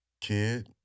Kid